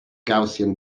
gaussian